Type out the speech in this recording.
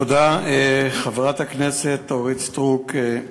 תודה, חברת הכנסת אורית סטרוק.